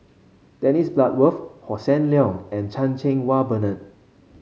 Dennis Bloodworth Hossan Leong and Chan Cheng Wah Bernard